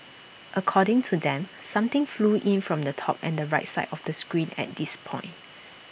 according to them something flew in from the top and the right side of the screen at this point